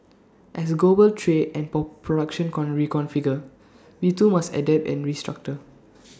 as global trade and production con reconfigure we too must adapt and restructure